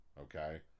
okay